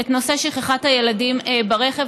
את נושא שכחת הילדים ברכב,